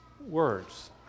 words